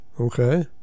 Okay